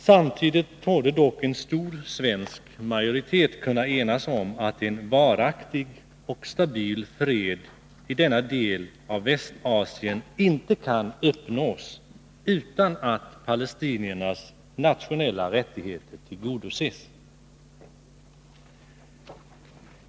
Samtidigt torde dock en stor svensk majoritet kunna enas om att en varaktig och stabil fred i denna del av Västasien inte kan uppnås utan att palestiniernas nationella rättigheter tillgodoses.